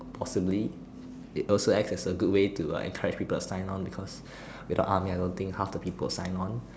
possibly it also acts as a good way to encourage people to sign on because without army I don't think half of the people would sign on